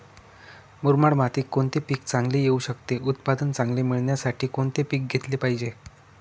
मुरमाड मातीत कोणते पीक चांगले येऊ शकते? उत्पादन चांगले मिळण्यासाठी कोणते पीक घेतले पाहिजे?